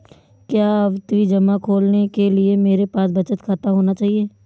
क्या आवर्ती जमा खोलने के लिए मेरे पास बचत खाता होना चाहिए?